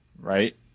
Right